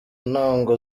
ntango